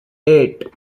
eight